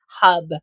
hub